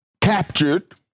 captured